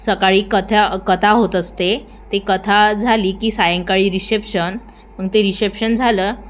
सकाळी कथा कथा होत असते ती कथा झाली की सायंकाळी रिशेप्शन मग ते रिशेप्शन झालं